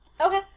Okay